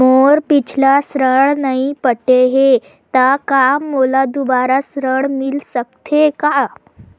मोर पिछला ऋण नइ पटे हे त का मोला दुबारा ऋण मिल सकथे का?